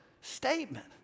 statement